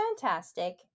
fantastic